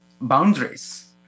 boundaries